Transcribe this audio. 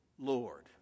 Lord